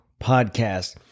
podcast